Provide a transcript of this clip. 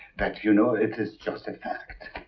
but, you know, it is just a fact.